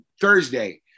Thursday